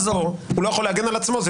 הוא לא יכול להגן על עצמו.